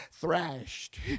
thrashed